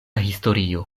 historio